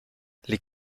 les